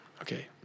okay